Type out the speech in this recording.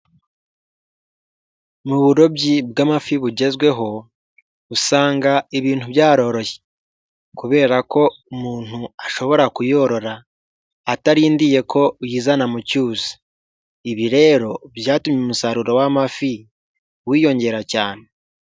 Mu burobyi bw'amafi bugezweho, usanga ibintu byaroroshye kubera ko umuntu ashobora kuyorora, atarindiye ko uyizana mu cyuzi, ibi rero byatumye umusaruro w'amafi, wiyongera cyane.